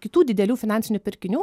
kitų didelių finansinių pirkinių